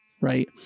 Right